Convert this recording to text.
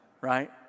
Right